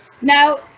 Now